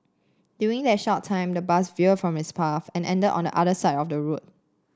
during that short time the bus veered from its path and ended on the other side of the road